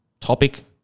topic